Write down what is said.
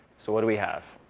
so what do we have?